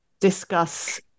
discuss